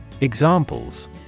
Examples